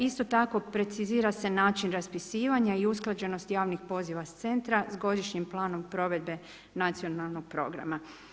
Isto tako precizira se način raspisivanja i usklađenost javnih poziva s centra s godišnjim planom provedbe nacionalnog programa.